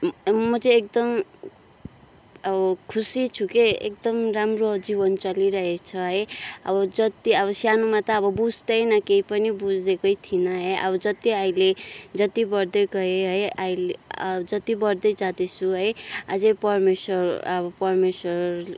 म चाहिँ एकदम अब खुसी छु के एकदम राम्रो जीवन चलिरहेछ है अब जति अब सानोमा त अब बुझ्दैन केही पनि बुझेकै थिइनँ है अब जति अहिले जति बडदै गएँ है अहिले जति बढ्दै जाँदैछु है अझै परमेश्वर अब परमेश्वर